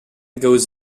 goes